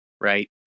right